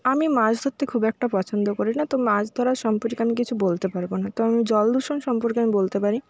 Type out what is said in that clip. আমি মাছ ধরতে খুব একটা পছন্দ করি না তো মাছ ধরার সম্পর্কে আমি কিছু বলতে পারবো না তো আমি জল দূষণ সম্পর্কে আমি বলতে পারি